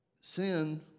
sin